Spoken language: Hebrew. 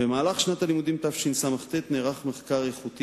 במהלך שנת הלימודים תשס"ט נערך מחקר איכותי